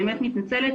באמת מתנצלת,